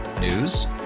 News